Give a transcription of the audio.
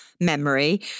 memory